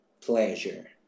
pleasure